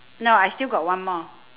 no I still got one more